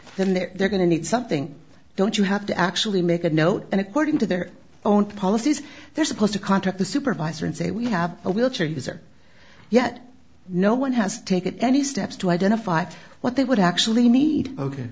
then they're going to need something don't you have to actually make a note and according to their own policies they're supposed to contact the supervisor and say we have a wheelchair user yet no one has taken any steps to identify what they would actually need ok